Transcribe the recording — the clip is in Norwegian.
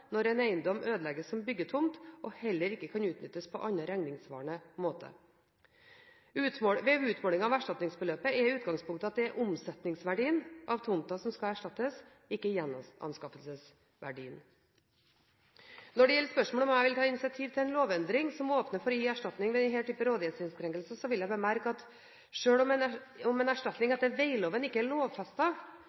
når en eiendom ødelegges som byggetomt og heller ikke kan utnyttes på annen regningssvarende måte. Ved utmålingen av erstatningsbeløpet er utgangspunktet at det er omsetningsverdien av tomten som skal erstattes, ikke gjenanskaffelsesverdien. Når det gjelder spørsmålet om jeg vil ta initiativ til en lovendring som åpner for å gi erstatning ved denne typen rådighetsinnskrenkninger, vil jeg bemerke at selv om erstatning etter vegloven ikke er lovfestet, betyr det ikke det samme som at den som er